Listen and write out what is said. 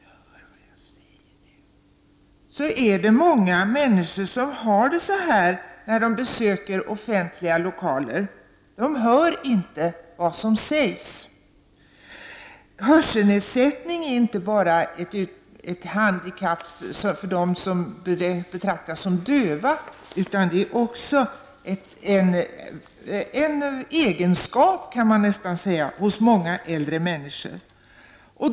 - är det så här många människor har det när de besöker offentliga lokaler -- de hör inte vad som sägs. Hörselnedsättning är inte bara ett handikapp för dem som betraktas som döva, utan det är en egenskap -- kan man nästan säga -- hos många äldre människor.